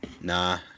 Nah